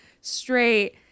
straight